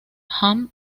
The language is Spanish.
jam